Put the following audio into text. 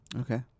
Okay